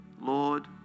Lord